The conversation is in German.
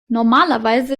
normalerweise